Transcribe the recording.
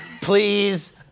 Please